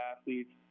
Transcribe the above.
athletes